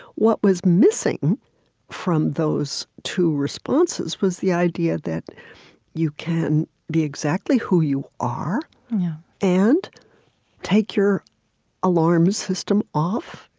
what was missing from those two responses was the idea that you can be exactly who you are and take your alarm system off,